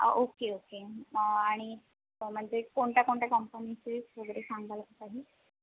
okay okay आणि म्हणजे कोणत्या कोणत्या कंपनीचे वगैरे सांगाल काही